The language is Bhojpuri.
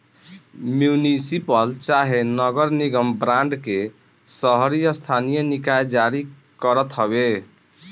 म्युनिसिपल चाहे नगर निगम बांड के शहरी स्थानीय निकाय जारी करत हवे